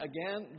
Again